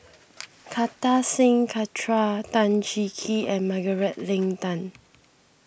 Kartar Singh Tan Cheng Kee and Margaret Leng Tan